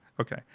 Okay